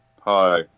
Hi